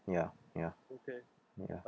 ya ya ya